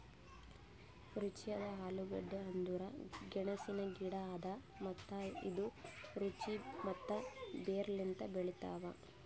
ರುಚಿಯಾದ ಆಲೂಗಡ್ಡಿ ಅಂದುರ್ ಗೆಣಸಿನ ಗಿಡ ಅದಾ ಮತ್ತ ಇದು ರುಚಿ ಮತ್ತ ಬೇರ್ ಲಿಂತ್ ಬೆಳಿತಾವ್